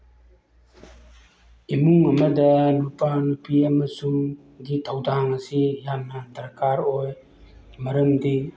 ꯏꯃꯨꯡ ꯑꯃꯗ ꯅꯨꯄꯥ ꯅꯨꯄꯤ ꯑꯃꯁꯨꯡ ꯒꯤ ꯊꯧꯗꯥꯡ ꯑꯁꯤ ꯌꯥꯝꯅ ꯗꯔꯀꯥꯔ ꯑꯣꯏ ꯃꯔꯝꯗꯤ